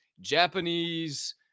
japanese